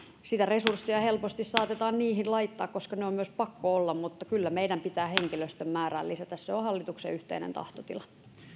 sitä resurssia helposti saatetaan niihin laittaa koska ne on myös pakko olla mutta kyllä meidän pitää henkilöstön määrää lisätä se on hallituksen yhteinen tahtotila